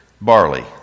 barley